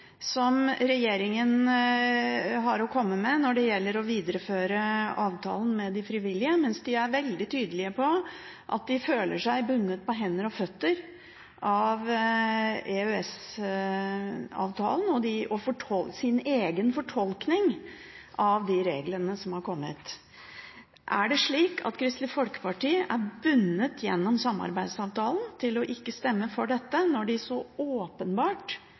forhåpninger regjeringen har å komme med når det gjelder å videreføre avtalen med de frivillige, mens de er veldig tydelige på at de føler seg bundet på hender og føtter av EØS-avtalen og sin egen fortolkning av de reglene som er kommet. Er det slik at Kristelig Folkeparti er bundet gjennom samarbeidsavtalen til ikke å stemme for dette, når de så åpenbart